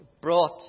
brought